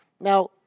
Now